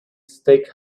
steak